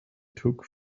took